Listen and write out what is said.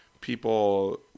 people